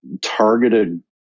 targeted